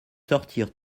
sortir